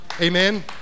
Amen